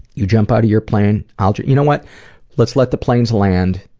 you jump out of your plane. i'll jump you know what let's let the planes land.